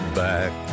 back